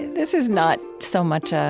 this is not so much ah